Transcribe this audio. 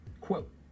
Quote